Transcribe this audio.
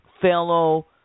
fellow